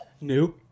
New